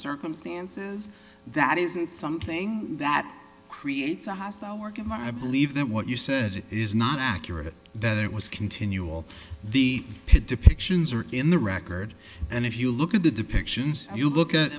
circumstances that isn't something that creates a hostile work in my i believe that what you said is not accurate that it was continuing the pit depictions are in the record and if you look at the depictions you look at